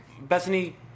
Bethany